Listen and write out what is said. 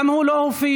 גם הוא לא הופיע,